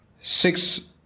Six